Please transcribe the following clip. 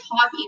talk